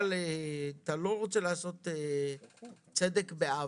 אבל אתה לא רוצה לעשות צדק בעוול.